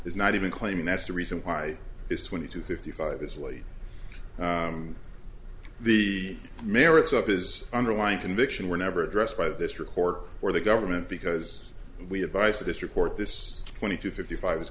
is not even claiming that's the reason why is twenty to fifty five is really the merits of his underlying conviction were never addressed by this record or the government because we advice this report this twenty to fifty five is